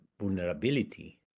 vulnerability